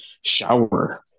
shower